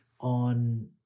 on